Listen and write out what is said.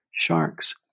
sharks